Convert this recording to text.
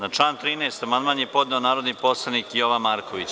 Na član 13. amandman je podneo narodni poslanik Jovan Marković.